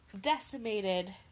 decimated